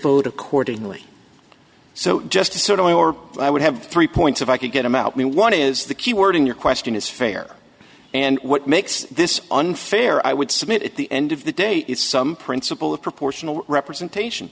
vote accordingly so just a sort of i or i would have three points if i could get them out me one is the key word in your question is fair and what makes this unfair i would submit at the end of the day is some principle of proportional representation